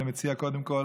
אני מציע קודם כול,